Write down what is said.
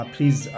Please